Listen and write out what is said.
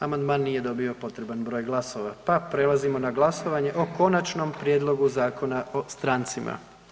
Amandman nije dobio potreban broj glasova pa prelazimo na glasovanje o Konačnom prijedlogu Zakona o strancima.